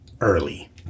early